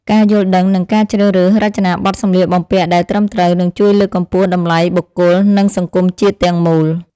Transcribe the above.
ការយល់ដឹងនិងការជ្រើសរើសរចនាប័ទ្មសម្លៀកបំពាក់ដែលត្រឹមត្រូវនឹងជួយលើកកម្ពស់តម្លៃបុគ្គល និងសង្គមជាតិទាំងមូល។